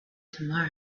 tomorrow